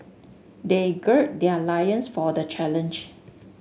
they gird their loins for the challenge